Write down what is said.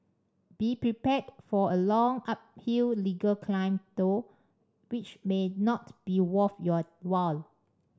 be prepared for a long uphill legal climb though which may not be worth your while